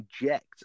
inject